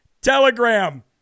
Telegram